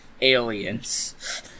aliens